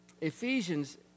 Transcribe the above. Ephesians